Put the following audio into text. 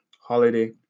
holiday